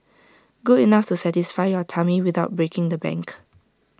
good enough to satisfy your tummy without breaking the bank